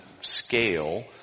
scale